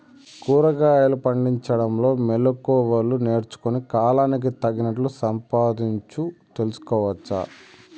కూరగాయలు పండించడంలో మెళకువలు నేర్చుకుని, కాలానికి తగినట్లు సంపాదించు తెలుసుకోవచ్చు